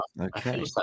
Okay